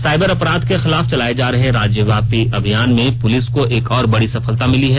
cyber अपराध के खिलाफ चलाये जा रहे राज्यव्यापी अभियान में पुलिस को एक और बड़ी सफलता मिली है